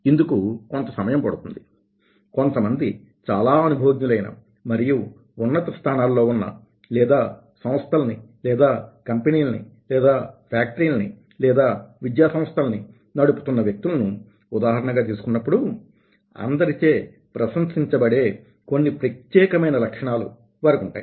ఇందుకు కొంత సమయం పడుతుంది కొంతమంది చాలా అనుభవజ్ఞులైన మరియు ఉన్నత స్థానాల్లో ఉన్న లేదా సంస్థలని లేదా కంపెనీలని లేదా ఫ్యాక్టరీలను లేదా విద్యా సంస్థల్ని నడుపుతున్న వ్యక్తులను ఉదాహరణగా తీసుకున్నప్పుడు అందరిచే ప్రశంసించ బడే కొన్ని ప్రత్యేకమైన లక్షణాలు వారికి ఉంటాయి